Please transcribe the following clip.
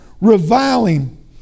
reviling